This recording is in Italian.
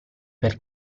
per